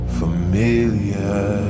familiar